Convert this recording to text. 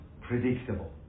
predictable